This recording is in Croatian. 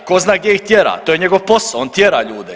Tko zna gdje ih tjera, to je njegov posao on tjera ljude.